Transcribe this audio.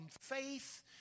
faith